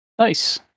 Nice